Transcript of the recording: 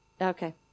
Okay